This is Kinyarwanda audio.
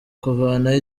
kuvanaho